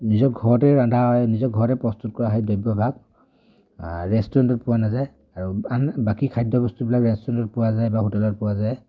নিজৰ ঘৰতে ৰন্ধা নিজৰ ঘৰতে প্ৰস্তুত কৰা হয় দ্ৰব্যভাগ ৰেষ্টুৰেণ্টত পোৱা নাযায় আৰু বাকী খাদ্যবস্তুবিলাক ৰেষ্টুৰেণ্টত পোৱা যায় বা হোটেলত পোৱা যায়